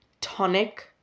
tonic